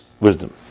wisdom